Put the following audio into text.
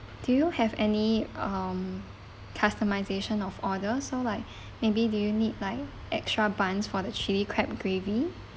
do you have any um customisation of order so like maybe do you need like extra buns for the chilli crab gravy